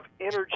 energy